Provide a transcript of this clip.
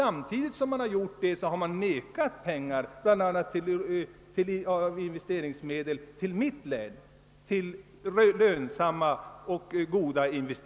Samtidigt som detta har skett har man vägrat att bevilja investeringsfondsmedel till mitt eget län till lönsamma projekt.